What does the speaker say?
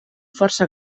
força